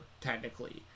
technically